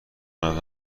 کند